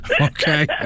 Okay